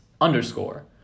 underscore